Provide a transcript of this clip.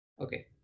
Okay